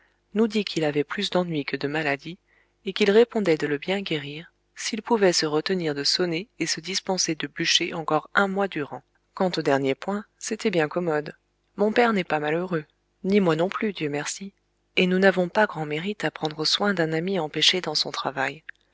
nous dit qu'il avait plus d'ennui que de maladie et qu'il répondait de le bien guérir s'il pouvait se retenir de sonner et se dispenser de bûcher encore un mois durant quant au dernier point c'était bien commode mon père n'est pas malheureux ni moi non plus dieu merci et nous n'avons pas grand mérite à prendre soin d'un ami empêché dans son travail